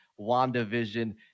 WandaVision